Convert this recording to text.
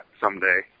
someday